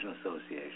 Association